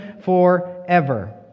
forever